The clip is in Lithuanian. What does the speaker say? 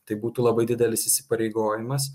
tai būtų labai didelis įsipareigojimas